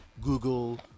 Google